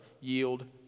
yield